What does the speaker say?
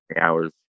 hours